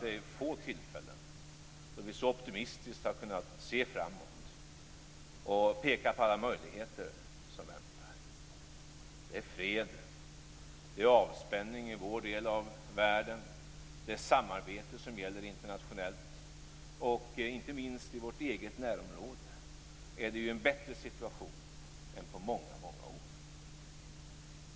Det är få tillfällen då vi så optimistiskt har kunnat se framåt och peka på alla möjligheter som väntar. Det är fred, avspänning i vår del av världen, det är samarbete som gäller internationellt. Inte minst i vårt eget närområde är det en bättre situation än på många år.